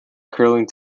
curling